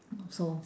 so